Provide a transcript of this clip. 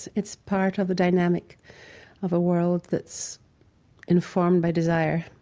it's part of the dynamic of a world that's informed by desire,